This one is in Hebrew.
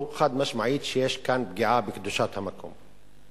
חד-משמעית שיש כאן פגיעה בקדושת המקום.